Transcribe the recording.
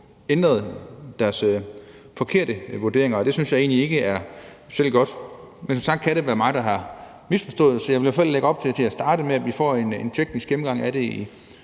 ændret deres forkerte vurderinger, og det synes jeg egentlig ikke er specielt godt. Men som sagt kan det være mig, der har misforstået, så jeg vil i hvert fald lægge op til til at starte med, at vi får en teknisk gennemgang af det i